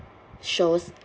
shows